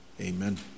amen